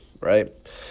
Right